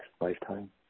lifetime